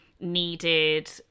needed